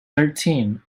thirteen